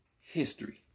History